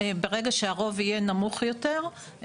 ברגע שהרוב יהיה נמוך יותר,